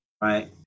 Right